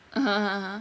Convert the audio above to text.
(uh huh) uh